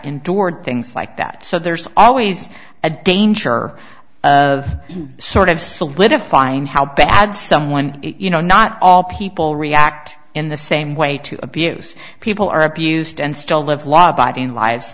endured things like that so there's always a danger of sort of solidifying how bad someone you know not all people react in the same way to abuse people are abused and still live law abiding lives